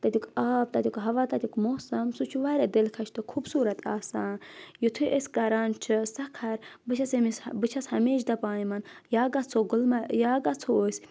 تَتیُک آب تَتیُک ہوا تَتیُک موسَم سُہ چھُ واریاہ دِلکَش تہٕ خوٗبصوٗرت آسان یُتھُے أسۍ کَران چھِ سَخَر بہٕ چھَس أمِس بہٕ چھَس ہمیشہِ دَپان یِمَن یا گژھو گُلمَر یا گژھو أسۍ